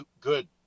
good